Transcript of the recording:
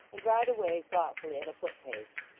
and ride away thoughtfully at a footpace.